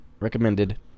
recommended